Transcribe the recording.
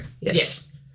Yes